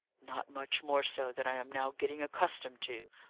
not much more so than i am now getting accustomed to,